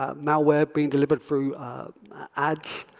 um malware being delivered through ads.